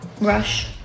rush